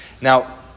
Now